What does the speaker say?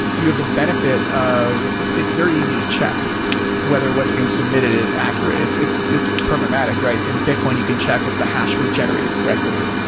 you have the benefit of it's very easy to check whether what's being submitted is accurate. it's it's programmatic, right? in bitcoin, you can check if the hash was generated correctly.